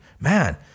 man